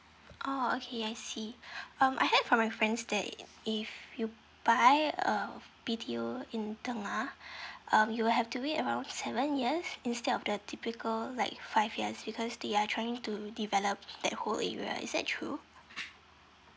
oh okay I see um I heard from my friends that if you buy a B_T_O in tengah um you'll have to wait around seven years instead of the typical like five years because they are trying to develop that whole area is that true